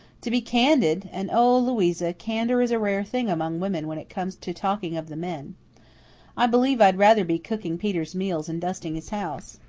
to be candid and oh, louisa, candour is a rare thing among women when it comes to talking of the men i believe i'd rather be cooking peter's meals and dusting his house.